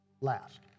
last